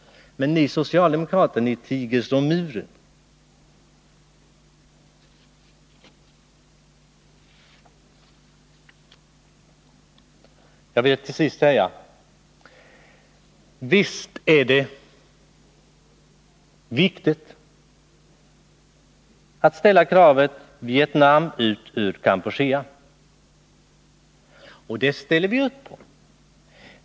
Men ni socialdemokrater, ni tiger som muren. Jag vill till sist säga att visst är det viktigt att resa kravet Vietnam ut ur Kampuchea. Det ställer vi upp på.